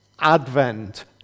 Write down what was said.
Advent